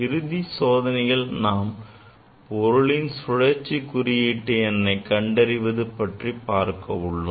இறுதி சோதனையில் நாம் பொருளின் சுழற்சி குறியீட்டு எண்ணை கண்டறிவது பற்றி பார்க்க உள்ளோம்